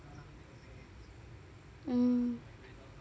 mm